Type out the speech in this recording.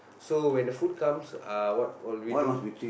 so when the food comes uh what what we do